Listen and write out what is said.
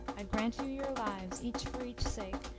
i grant you your lives each for each sake,